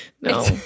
No